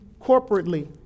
corporately